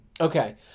Okay